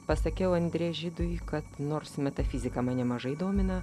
pasakiau andrė žydui kad nors metafizika mane mažai domina